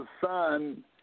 son